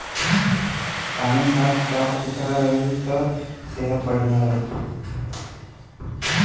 अगर पानी साफ सुथरा रही त सेहत बढ़िया रही